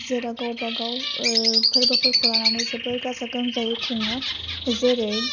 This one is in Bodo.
जेराव गावबागाव फोरबोफोरखौ लानानै जोबोर गाजा गोमजायै खुङो जेरै